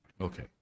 Okay